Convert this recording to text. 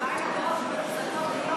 הדירות שמוחזקות היום על-ידי זכאים?